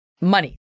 money